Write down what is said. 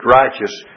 righteous